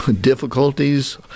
difficulties